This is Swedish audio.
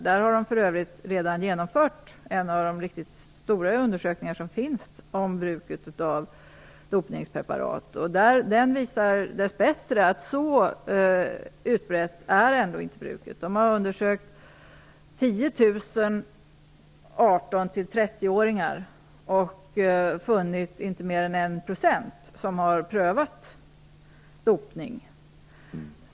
Utredningen har för övrigt redan genomfört en stor utredning om bruket av dopningspreparat, och den visar dess bättre att bruket inte är så utbrett. Man har undersökt 10 000 18-30-åringar och funnit att inte mer än 1 % provat på dopning.